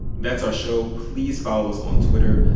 that's our show. please follow us on twitter.